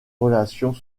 relations